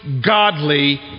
godly